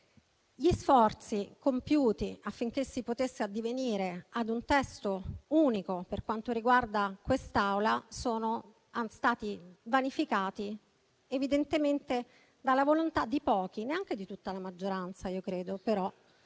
gli sforzi compiuti affinché si potesse avvenire a un testo unico per quanto riguarda quest'Aula sono stati vanificati evidentemente dalla volontà di pochi - neanche di tutta la maggioranza credo -